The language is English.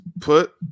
Put